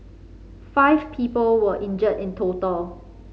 five people were injured in total